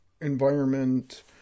environment